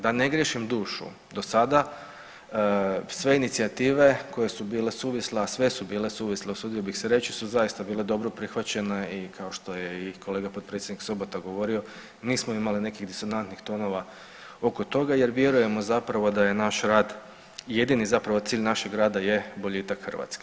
Da ne griješim dušu, dosada sve inicijative koje su bile suvisle, a sve su bile suvisle usudio bih se reći su zaista bile dobro prihvaćene i kao što je i kolega potpredsjednik Sobota govorio nismo imali nekih disonantnih tonova oko toga jer vjerujemo zapravo da je naš rad, jedini zapravo cilj našeg rada je boljitak Hrvatske.